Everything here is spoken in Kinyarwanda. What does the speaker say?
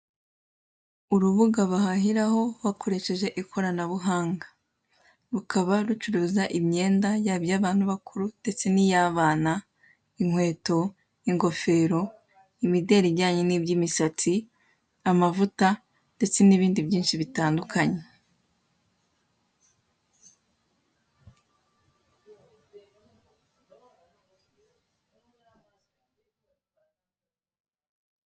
Urubuga bahahiraho bakoresheje ikoranabuhanga, rukaba rucuruza imyenda yaba iy'abantu bakuru ndetse n'iy'abana, inkweto, ingofero, imideri ijyanye n'iby'imisatsi, amavuta ndetse n'ibindi byinshi bitandukanye.